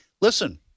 listen